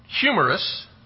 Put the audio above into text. humorous